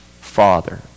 father